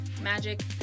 magic